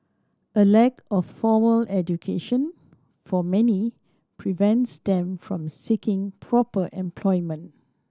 a lack of formal education for many prevents them from seeking proper employment